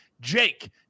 Jake